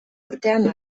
urtean